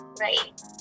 Right